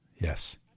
Yes